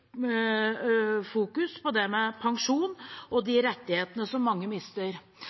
på det med pensjon og de rettighetene mange mister.